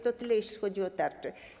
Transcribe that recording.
To tyle, jeśli chodzi o tarczę.